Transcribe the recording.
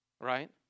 right